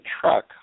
truck